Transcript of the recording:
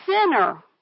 sinner